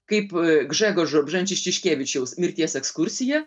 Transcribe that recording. kaip gžegožo bženčiškevičiaus mirties ekskursija